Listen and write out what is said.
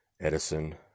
edison